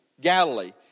Galilee